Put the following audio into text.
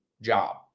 job